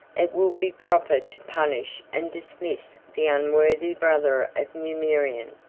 it will be proper to punish and dismiss the unworthy brother of numerian.